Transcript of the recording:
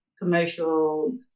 commercial